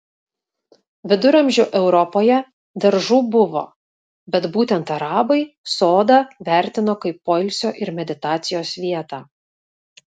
viduramžių europoje daržų buvo bet būtent arabai sodą vertino kaip poilsio ir meditacijos vietą